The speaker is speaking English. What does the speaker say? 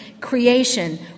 creation